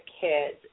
kids